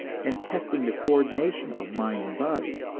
and testing the coordination of mind and body.